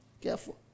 careful